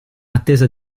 attesa